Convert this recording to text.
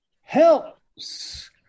helps